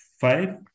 five